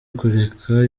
kureka